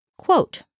Quote